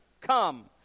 come